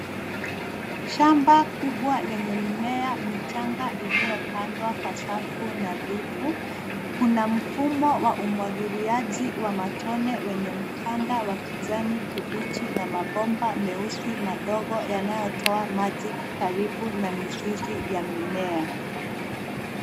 Shamba kubwa lenye mimea michanga iliyopandwa kwa safu nadhifu. Kuna mfumo wa umwagiliaji wa matone wenye mkanda wa kijani kibichi na mabomba meusi madogo yanatoa maji karibu na mizizi ya mimea.